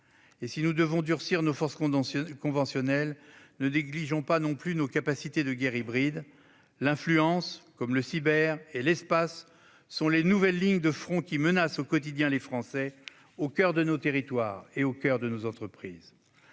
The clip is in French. Et si nous devons durcir nos forces conventionnelles, ne négligeons pas non plus nos capacités de guerre hybride. L'influence, comme le cyber et l'espace, sont les nouvelles lignes de front qui menacent au quotidien les Français, au coeur de nos territoires et de nos entreprises.